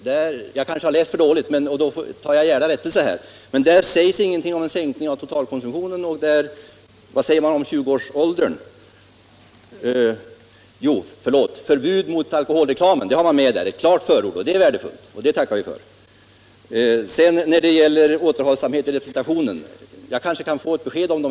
Jag har kanske läst dåligt och tar i så fall gärna rättelse. Där sägs ingenting om en sänkning av totalkonsumtionen, och hur är det med bestämmelsen om att man skall ha fyllt 20 år för att få handla på systembolaget? Jag påminner mig nu att man har med ett förslag om förbud mot alkoholreklam. Det är värdefullt och något som vi tackar för. Hur är det sedan med återhållsamhet att bjuda på alkohol i samband med representation? Det kanske också finns med i den socialdemokratiska motionen.